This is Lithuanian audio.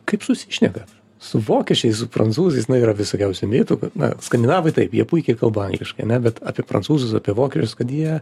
kaip susišneka su vokiečiais su prancūzais na yra visokiausių mitų kad na skandinavai taip jie puikiai kalba angliškai ane bet apie prancūzus apie vokiečius kad jie